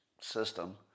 system